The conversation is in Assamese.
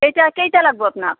কেইটা কেইটা লাগিব আপোনাক